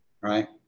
right